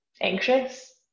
anxious